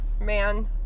man